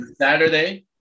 saturday